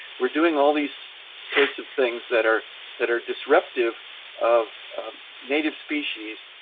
we're doing all these sorts of things that are that are disruptive of native species,